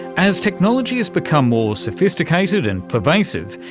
as technology has become more sophisticated and pervasive,